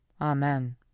Amen